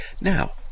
Now